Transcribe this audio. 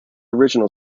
original